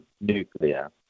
nuclear